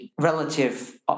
relative